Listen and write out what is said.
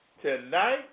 Tonight